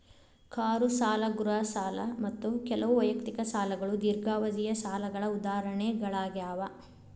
car ಸಾಲ ಗೃಹ ಸಾಲ ಮತ್ತ ಕೆಲವು ವೈಯಕ್ತಿಕ ಸಾಲಗಳು ದೇರ್ಘಾವಧಿಯ ಸಾಲಗಳ ಉದಾಹರಣೆಗಳಾಗ್ಯಾವ